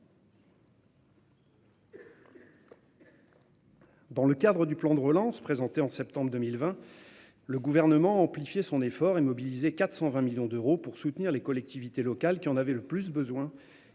Dans le cadre du plan de relance présenté en septembre 2020, le Gouvernement a amplifié son effort et mobilisé 420 millions d'euros pour soutenir les collectivités locales qui en avaient le plus besoin,